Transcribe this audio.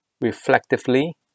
reflectively